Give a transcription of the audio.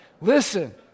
Listen